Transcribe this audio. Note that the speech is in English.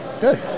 Good